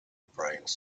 brains